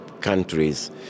countries